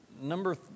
Number